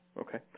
Okay